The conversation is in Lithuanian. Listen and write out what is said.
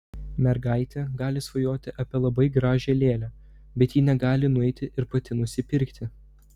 mergaitė gali svajoti apie labai gražią lėlę bet ji negali nueiti ir pati nusipirkti